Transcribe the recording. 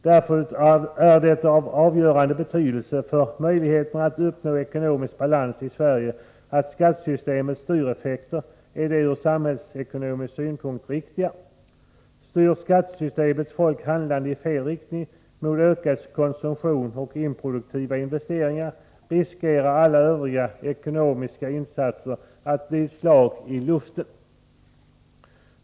Därför är det av avgörande betydelse för möjligheterna att uppnå ekonomisk balans i Sverige att skattesystemets ”styreffekter” är de ur samhällsekonomisk synvinkel riktiga. Styr skattesystemet folks handlande i fel riktning, mot ökad konsumtion och improduktiva investeringar, riskerar alla övriga ekonomiska insatser att bli ett slag i luften.